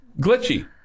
glitchy